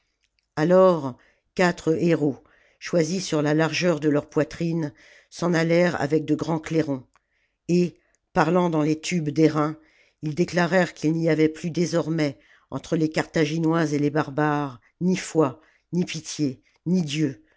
alors quatre hérauts choisis sur la largeur de leur poitrine s'en allèrent avec de grands clairons et parlant dans les tubes d'airain ils déclarèrent qu'il n'y avait plus désormais entre les carthaginois et les barbares ni foi ni pitié ni dieux